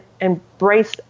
embrace